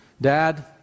dad